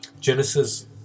Genesis